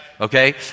Okay